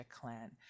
clan